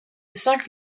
cinq